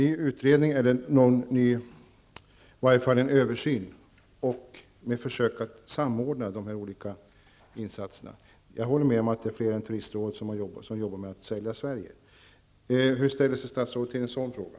I varje fall kunde det bli en ny översyn med ett försök att samordna de olika insatserna. Jag håller med om att det är fler än turistrådet som arbetar med att sälja Sverige. Hur ställer sig statsrådet till det som jag nu sagt?